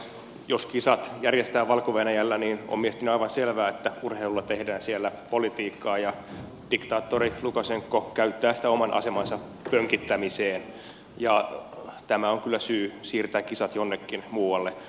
jos kisat järjestetään valko venäjällä niin on mielestäni aivan selvää että urheilulla tehdään siellä politiikkaa ja diktaattori lukasenka käyttää sitä oman asemansa pönkittämiseen ja tämä on kyllä syy siirtää kisat jonnekin muualle